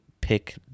pick